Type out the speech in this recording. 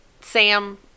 Sam